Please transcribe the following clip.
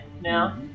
now